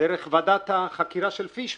דרך ועדת החקירה של פישמן.